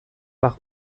par